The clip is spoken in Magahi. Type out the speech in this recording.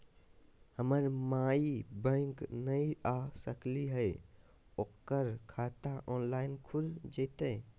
हमर माई बैंक नई आ सकली हई, ओकर खाता ऑनलाइन खुल जयतई?